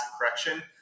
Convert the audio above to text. correction